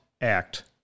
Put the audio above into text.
Act